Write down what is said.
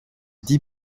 dix